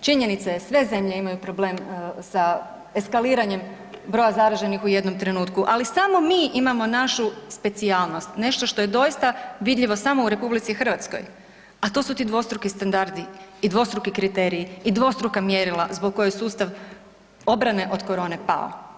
činjenica je sve zemlje imaju problem sa eskaliranjem broja zaraženih u jednom trenutku, ali samo mi imamo našu specijalnost, nešto što je doista vidljivo samo u RH, a to su ti dvostruki standardi i dvostruki kriteriji i dvostruka mjerila zbog kojih sustav obrane od korone pao.